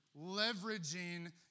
leveraging